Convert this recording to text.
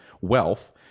wealth